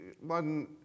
one